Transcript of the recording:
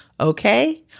Okay